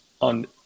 on